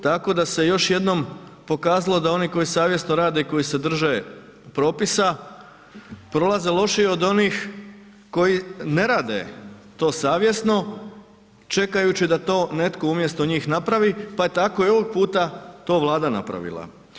Tako da se još jednom pokazalo da oni koji savjesno rade i koji se drže propisa prolaze lošije od onih koji ne rade to savjesno čekajući da to netko umjesto njih napravi, pa je tako i ovog puta to Vlada napravila.